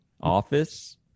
office